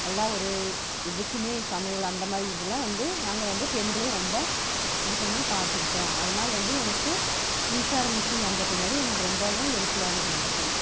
எல்லாம் ஒரு இதுக்குமே சமையல் அந்தமாதிரி இதுக்கெல்லாம் வந்து நாங்கள் வந்து பெண்களே ரொம்ப இது பண்ணி பார்த்துக்கிட்டோம் அதனால் வந்து எங்களுக்கு மின்சார மிஷின் வந்த பின்னாடி எங்களுக்கு ரொம்பவும் ஹெல்ப்ஃபுல்லாவும் இருந்துச்சு